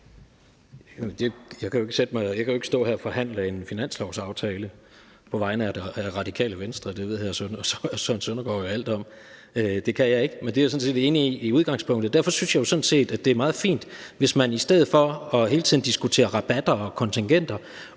Jeg kan ikke stå her og forhandle en finanslovsaftale på vegne af Det Radikale Venstre. Det ved hr. Søren Søndergaard jo alt om. Det kan jeg ikke. Men jeg er sådan set enig i udgangspunktet. Derfor synes jeg sådan set, at det er meget fint, hvis man i stedet for hele tiden at diskutere rabatter og kontingenter